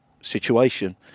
situation